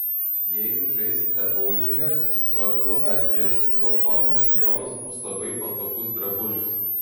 jeigu žaisite boulingą vargu ar pieštuko formos sijonas bus labai patogus drabužis